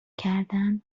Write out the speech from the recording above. کردن